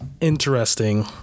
interesting